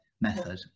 method